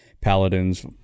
Paladins